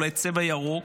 אולי בצבע ירוק,